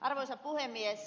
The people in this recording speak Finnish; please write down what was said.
arvoisa puhemies